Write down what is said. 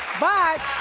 but